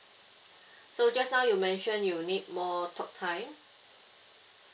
so just now you mention you need more talk time